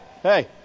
Hey